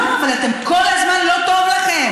אבל אתם, כל הזמן לא טוב לכם.